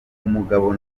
umugabo